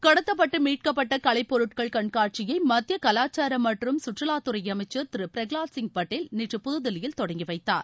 கடத்தப்பட்டு மீட்கப்பட்ட கலைப்பொருட்கள் கண்காட்சியை மத்திய கலாச்சாரம் மற்றும் கற்றுவாத்துறை அமைச்சர் திரு பிரகலாத் சிங் பட்டேல் நேற்று புதுதில்லியில் தொடங்கி வைத்தார்